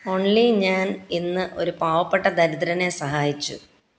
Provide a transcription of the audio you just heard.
only ഞാൻ ഇന്ന് ഒരു പാവപ്പെട്ട ദരിദ്രനെ സഹായിച്ചു